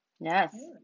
Yes